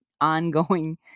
ongoing